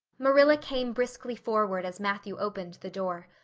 marilla came briskly forward as matthew opened the door.